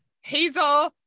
Hazel